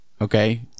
Okay